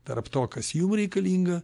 tarp to kas jum reikalinga